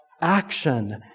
action